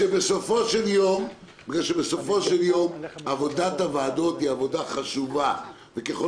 בסופו של יום עבודת הוועדות היא עבודה חשובה וככל